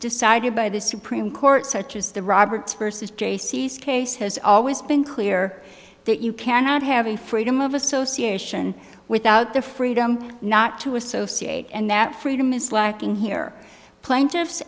decided by the supreme court such as the roberts vs jaycee's case has always been clear that you cannot have a freedom of association without the freedom not to associate and that freedom is lacking here plaintiffs